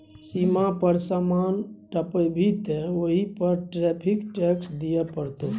सीमा पर समान टपेभी तँ ओहि पर टैरिफ टैक्स दिअ पड़तौ